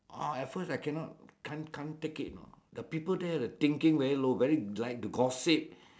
oh at first I cannot can't can't take it know the people there the thinking very low very like to gossip